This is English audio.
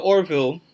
Orville